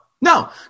no